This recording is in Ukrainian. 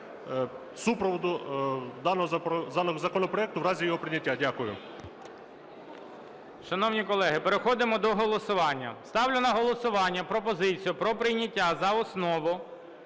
супроводу даного законопроекту в разі його прийняття. Дякую.